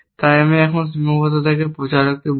তাই আমরা এই সীমাবদ্ধতা প্রচারকে বলি